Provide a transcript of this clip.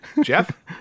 Jeff